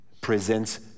presents